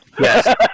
Yes